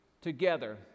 together